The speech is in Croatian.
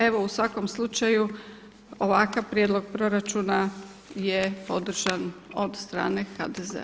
Evo u svakom slučaju ovakav prijedlog proračuna je podržan od strane HDZ-a.